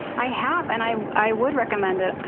i have, and i i would recommend it.